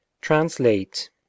Translate